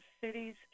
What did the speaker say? cities